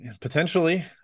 potentially